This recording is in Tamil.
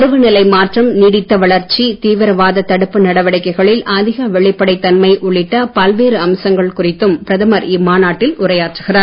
பருவநிலை மாற்றம் நீடித்த வளர்ச்சி தீவரவாதத் தடுப்பு நடவடிக்கைகளில் அதிக வெளிப்படைத் தன்மை உள்ளிட்ட பல்வேறு அம்சங்கள் குறித்தும் பிரதமர் இம்மாநாட்டில் உரையாற்றுகிறார்